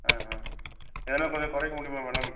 ஆ ஆ எதுனா கொஞ்சம் குறைக்க முடியுமா மேடம்